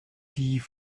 die